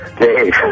Dave